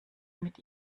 mit